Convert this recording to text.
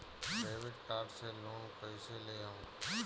Debit card से loan कईसे लेहम?